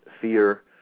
fear